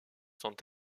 sont